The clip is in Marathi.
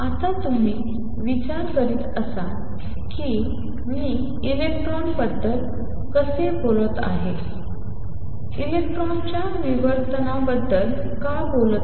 आता तुम्ही विचार करत असाल की मी इलेक्ट्रॉन बद्दल कसे बोलत आहे इलेक्ट्रॉनच्या विवर्तन बद्दल का बोलत आहे